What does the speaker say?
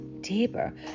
deeper